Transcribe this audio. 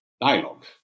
dialogue